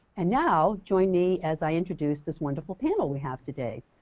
and now join me as i introduce this wonderful panel we have today.